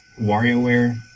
WarioWare